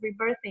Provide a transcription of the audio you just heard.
rebirthing